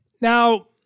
Now